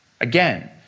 Again